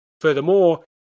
Furthermore